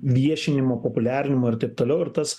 viešinimo populiarinimo ir taip toliau ir tas